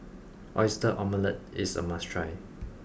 Oyster Omelette is a must try